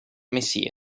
missie